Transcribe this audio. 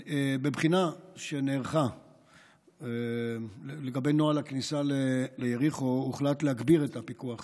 בבחינה שנערכה לגבי נוהל הכניסה ליריחו הוחלט להגביר את הפיקוח